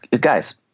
guys